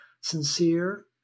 sincere